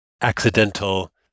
accidental